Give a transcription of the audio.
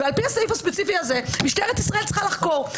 ועל פי הסעיף הספציפי הזה משטרת ישראל צריכה לחקור.